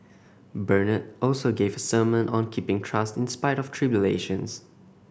Bernard also gave a sermon on keeping trust in spite of tribulations